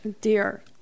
dear